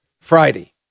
Friday